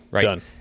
Done